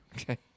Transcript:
Okay